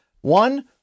One